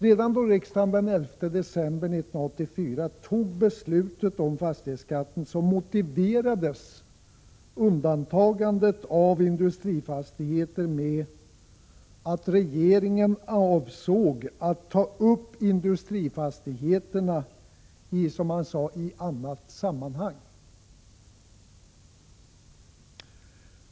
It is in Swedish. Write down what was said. Redan då riksdagen den 11 december 1984 fattade beslut om fastighetsskatten motiverades undantagandet av 51 industrifastigheter med att regeringen avsåg att ta upp frågan om industrifastigheterna, som man sade, i annat sammanhang.